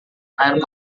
air